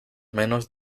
menos